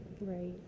Right